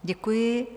Děkuji.